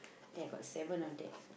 think I got seven of that